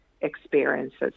experiences